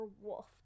Wolf